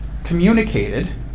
communicated